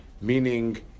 meaning